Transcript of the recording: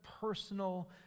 personal